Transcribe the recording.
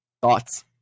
thoughts